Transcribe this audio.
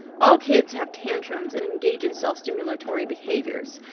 all kids have tantrums and engage in self-stimulatory behaviors,